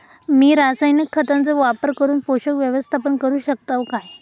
मी रासायनिक खतांचो वापर करून पोषक व्यवस्थापन करू शकताव काय?